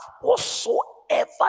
whatsoever